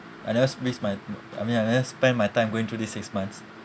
I never s~ waste my I mean I never spend my time going through these six months